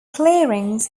clearings